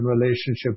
relationship